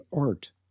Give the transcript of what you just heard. Art